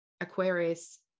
Aquarius